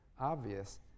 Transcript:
obvious